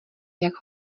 jak